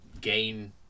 gain